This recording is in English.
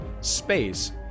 space